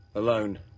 alone.